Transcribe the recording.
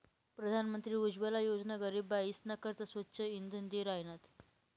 प्रधानमंत्री उज्वला योजना गरीब बायीसना करता स्वच्छ इंधन दि राहिनात